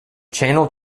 channel